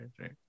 right